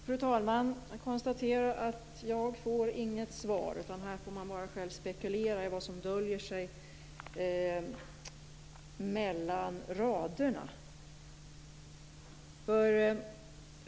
Fru talman! Jag konstaterar att jag inte får något svar. Här får man bara själv spekulera i vad som döljer sig mellan raderna.